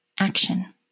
action